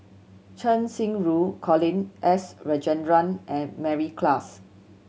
Cheng Xinru Colin S Rajendran and Mary Klass